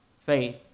faith